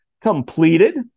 completed